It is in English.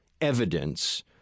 evidence